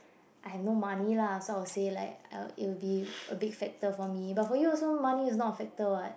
I have no money lah so I'll say like I'll it will be a big factor for me but for you also money is not a factor what